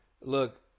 Look